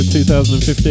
2015